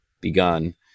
begun